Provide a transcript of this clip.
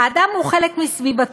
האדם הוא חלק מסביבתו.